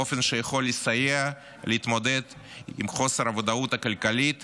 מה שיכול לסייע להתמודד עם חוסר הוודאות הכלכלית